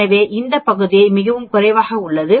எனவே அந்த பகுதியும் மிகவும் குறைவாக உள்ளது